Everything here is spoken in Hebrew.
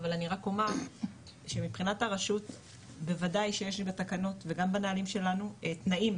אבל אני רק אומר שמבחינת הרשות בוודאי שיש בתקנות וגם בנהלים שלנו תנאים